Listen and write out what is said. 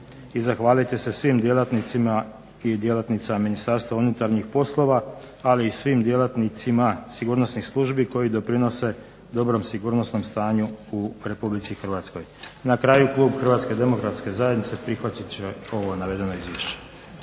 i zahvaliti se svim djelatnicima i djelatnicama MUP-a, ali i svim djelatnicima sigurnosnih službi koji doprinose dobrom sigurnosnom stanju u RH. I na kraju klub HDZ-a prihvatit će ovo navedeno izvješće.